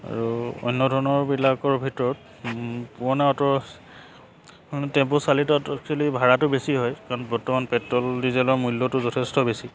আৰু অন্য ধৰণৰবিলাকৰ ভিতৰত পুৰণা অট' টেম্পু চালিতত একচুৱেলি ভাড়াটো বেছি হয় কাৰণ বৰ্তমান পেট্ৰল ডিজেলৰ মূল্যটো যথেষ্ট বেছি